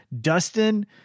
Dustin